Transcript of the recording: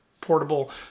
portable